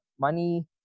money